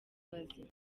abazima